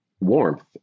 warmth